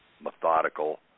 methodical